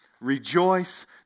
rejoice